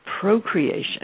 procreation